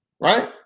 right